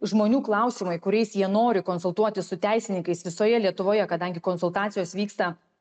žmonių klausimai kuriais jie nori konsultuotis su teisininkais visoje lietuvoje kadangi konsultacijos vyksta